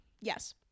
yes